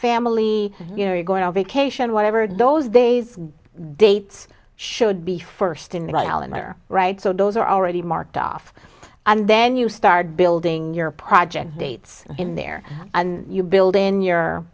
family you know you're going on vacation whatever those days dates should be first in like alan or right so those are already marked off and then you start building your project dates in there and you build in your